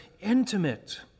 intimate